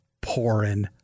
pouring